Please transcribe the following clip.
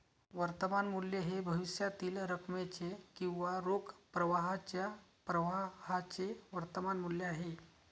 वर्तमान मूल्य हे भविष्यातील रकमेचे किंवा रोख प्रवाहाच्या प्रवाहाचे वर्तमान मूल्य आहे